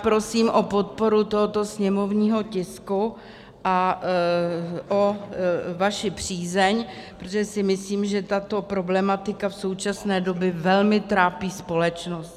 Prosím o podporu tohoto sněmovního tisku a o vaši přízeň, protože si myslím, že tato problematika v současné době velmi trápí společnost.